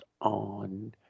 on